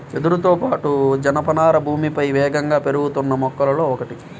వెదురుతో పాటు, జనపనార భూమిపై వేగంగా పెరుగుతున్న మొక్కలలో ఒకటి